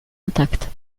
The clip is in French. intact